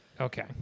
Okay